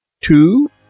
Two